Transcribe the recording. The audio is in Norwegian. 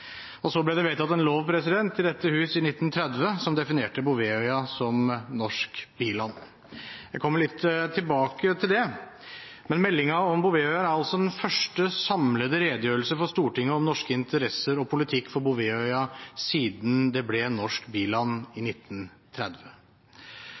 Så ble det i dette hus i 1930 vedtatt en lov som definerte Bouvetøya som norsk biland. Jeg vil komme litt tilbake til det, men meldingen om Bouvetøya er altså den første samlede redegjørelsen for Stortinget om norske interesser og politikk for Bouvetøya siden den ble norsk biland i